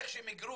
הגיע הזמן.